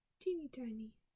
Teeny-tiny